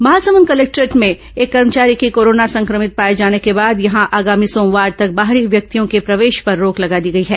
Mahasamund collectorate में एक कर्मचारी के कोरोना संक्रमित पाए जाने के बाद यहां आगामी सोमवार तक बाहरी व्यक्तियों के प्रवेश पर रोक लगा दी गई है